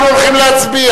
אנחנו הולכים להצביע.